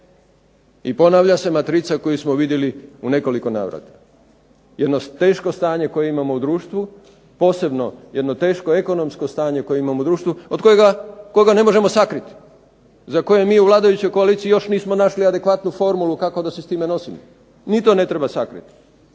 I ponavlja se matrica koju smo vidjeli u nekoliko navrata. Jedno teško stanje koje imamo u društvo, posebno jedno teško ekonomsko stanje koje imamo u društvu koga ne možemo sakriti, za koje mi u vladajućoj koaliciji još nismo našli adekvatnu formulu kako da se s time nosimo. Ni to ne treba sakriti.